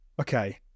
Okay